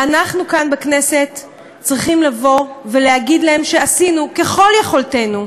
ואנחנו כאן בכנסת צריכים לבוא ולהגיד להם שעשינו ככל יכולתנו,